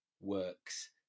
works